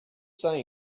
saying